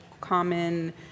common